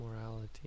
morality